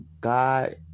God